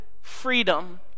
freedom